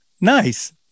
nice